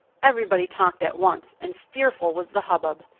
everybody talked at once and fearful was the hubbub.